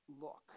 look